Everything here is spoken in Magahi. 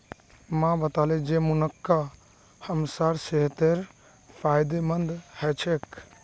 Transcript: माँ बताले जे मुनक्का हमसार सेहतेर फायदेमंद ह छेक